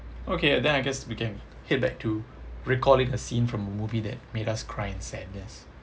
okay then I guess we can head back to recalling a scene from a movie that made us cry in sadness